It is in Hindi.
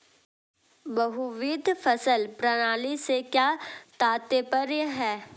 बहुविध फसल प्रणाली से क्या तात्पर्य है?